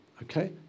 Okay